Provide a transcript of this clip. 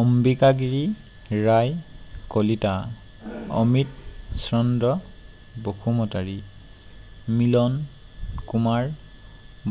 Ambikagiri Roy Kalita Amit Chandra Basumatary Milan Kumar